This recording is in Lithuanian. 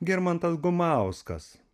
girmantas gumauskas